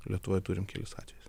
lietuvoj turim kelis atvejus